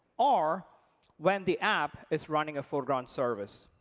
or when the app is running a foreground service.